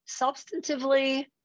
substantively